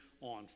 on